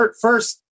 First